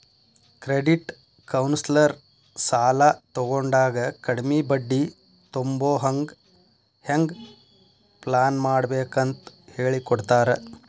credit counsellor ಸಾಲಾ ತಗೊಂಡಾಗ ಕಡ್ಮಿ ಬಡ್ಡಿ ತುಂಬೊಹಂಗ್ ಹೆಂಗ್ ಪ್ಲಾನ್ಮಾಡ್ಬೇಕಂತ್ ಹೆಳಿಕೊಡ್ತಾರ